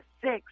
six